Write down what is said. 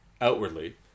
Outwardly